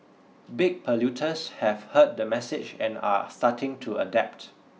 big polluters have heard the message and are starting to adapt